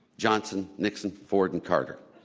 johnson, nixon, ford, and carter.